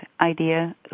idea